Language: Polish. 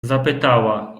zapytała